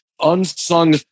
unsung